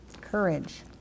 courage